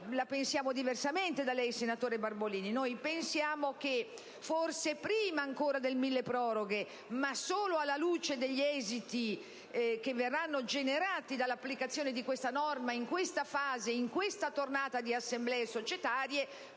la pensiamo diversamente dal senatore Barbolini: pensiamo che forse, prima ancora del milleproroghe, alla luce degli esiti che verranno generati dall'applicazione di questa norma, in questa fase e in questa tornata di assemblee societarie,